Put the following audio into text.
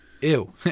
Ew